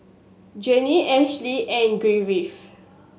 Genie Ashli and Griffin